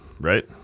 Right